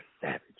savage